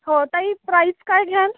हो ताई प्राईस काय घ्याल